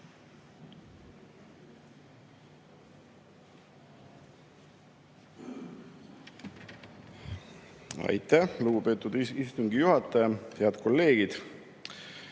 Aitäh, lugupeetud istungi juhataja! Head kolleegid!